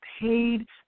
paid